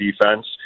defense